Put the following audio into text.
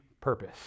purpose